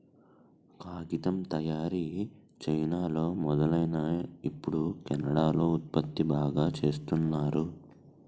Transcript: కాగితం తయారీ చైనాలో మొదలైనా ఇప్పుడు కెనడా లో ఉత్పత్తి బాగా చేస్తున్నారు